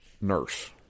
nurse